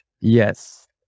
Yes